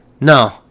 no